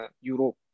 Europe